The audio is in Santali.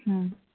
ᱦᱩᱸ